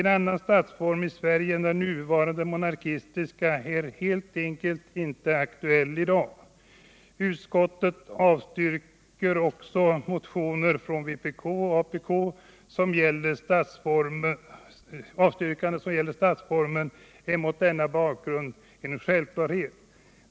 En annan statsform i Sverige än den nuvarande monarkistiska är helt enkelt inte aktuell i dag. Att utskottet avstyrker också motioner från vpk och apk som gäller statsformen är mot denna bakgrund en självklarhet.